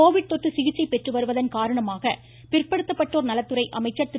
Covid தொற்று சிகிச்சை பெற்றுவருவதன் காரணமாக பிற்படுத்தப்பட்டோர் நலத்துறை அமைச்சர் திரு